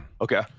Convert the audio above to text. Okay